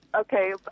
Okay